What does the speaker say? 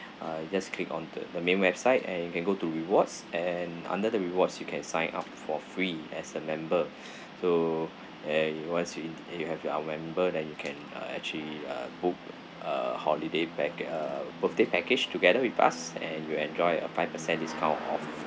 uh just click on the the main website and you can go to rewards and under the rewards you can sign up for free as a member so and once you in it you have your our member then you can uh actually uh book uh holiday pack~ uh birthday package together with us and you'll enjoy a five percent discount off